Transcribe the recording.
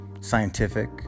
scientific